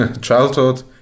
childhood